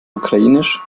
ukrainisch